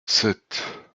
sept